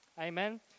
Amen